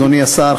אדוני השר,